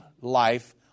life